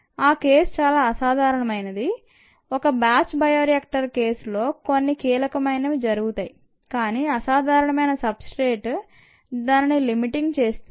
ఈ కేసు చాలా అసాధారణమైనది ఒక బ్యాచ్ బయోరియాక్టర్ విషయంలో కొన్ని కీలకమైనవి జరుగుతాయి కానీ అసాధారణ మైన సబ్ స్ట్రేట్ దానిని లిమిటింగ్ చేస్తుంది